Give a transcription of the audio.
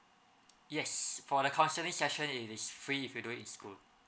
yes for the counselling session it is free if you do in school